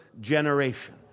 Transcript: generation